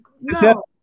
No